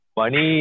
money